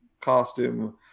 costume